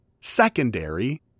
secondary